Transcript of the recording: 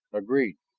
agreed!